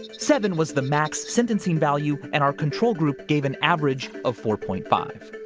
seven was the max sentencing value and our control group gave an average of four point five.